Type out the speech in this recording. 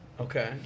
Okay